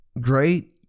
great